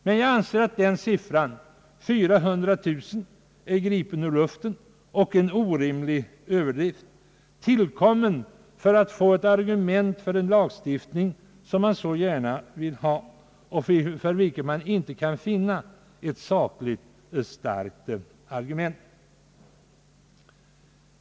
Men jag anser att siffran 4000 är gripen ur luften och en orimlig överdrift, tillkommen för att få en förevändning för en lagstiftning, vilken man så gärna vill ha och för vilken man inte kan finna ett sakligt starkt argument.